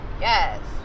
Yes